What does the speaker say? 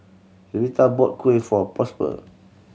Luberta bought kuih for Prosper